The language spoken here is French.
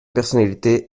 personnalité